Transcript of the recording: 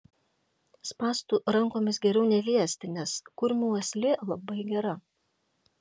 spąstų rankomis geriau neliesti nes kurmių uoslė labai gera